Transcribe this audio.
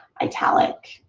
italics,